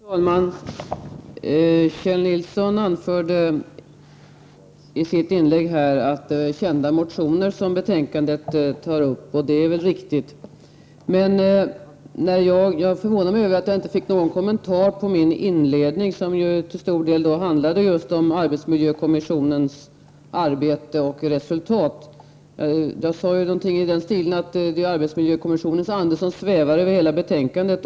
Herr talman! Kjell Nilsson anförde i sitt inlägg att de motioner som tas upp i betänkandet är kända, och det är väl riktigt. Det förvånar mig att jag inte har fått någon kommentar på min inledning, som till stor del handlade om just arbetsmiljökommissionens arbete och resultat. Jag sade då någonting i stil med att arbetsmiljökommissionens ande svävar över hela betänkandet.